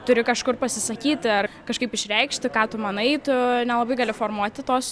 turi kažkur pasisakyti ar kažkaip išreikšti ką tu manai tu nelabai gali formuoti tos